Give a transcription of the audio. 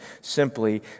simply